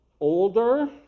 Older